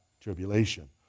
tribulation